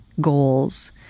goals